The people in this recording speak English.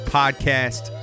podcast